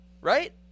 right